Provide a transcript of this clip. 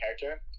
character